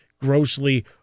grossly